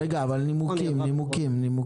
רגע, הנימוקים, הנימוקים.